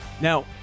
Now